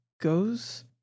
goes